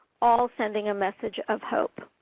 all sending a message of hope.